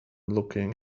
looking